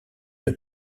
une